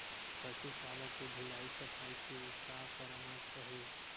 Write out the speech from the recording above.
पशु शाला के धुलाई सफाई के का परामर्श हे?